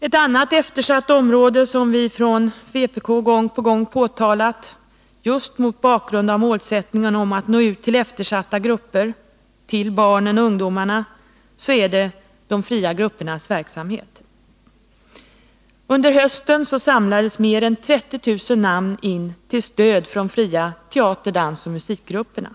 Ett annat eftersatt område som vi från vpk gång på gång påtalat just mot bakgrunden av målsättningen att nå ut till eftersatta grupper av barn och Nr 138 ungdomar är de fria gruppernas verksamhet. Under hösten samlades mer än Onsdagen den 30 000 namn in till stöd för de fria teater-, dansoch musikgrupperna.